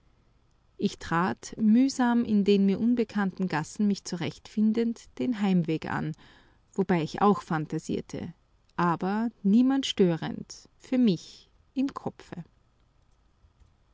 ich trat mühsam in den mir unbekannten gassen mich zurechtfindend den heimweg an wobei ich auch phantasierte aber niemand störend für mich im kopfe